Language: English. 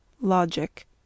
Logic